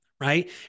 right